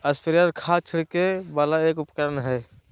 sprayer खाद छिड़के वाला एक उपकरण हय